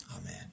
Amen